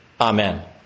Amen